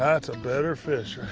that's a better fish